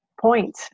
point